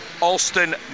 Alston